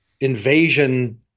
invasion